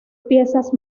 piezas